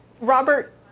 Robert